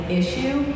issue